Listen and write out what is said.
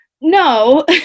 No